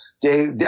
dave